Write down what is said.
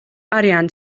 arian